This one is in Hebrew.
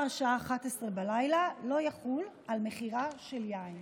השעה 23:00 לא יחול על מכירה של יין.